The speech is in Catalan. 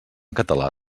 català